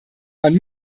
man